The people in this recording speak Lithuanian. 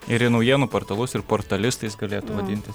ir į naujienų portalus ir portalistais galėtų vadintis